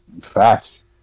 Facts